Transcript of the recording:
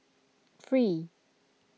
three